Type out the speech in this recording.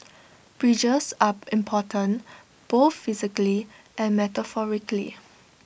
bridges are important both physically and metaphorically